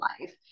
life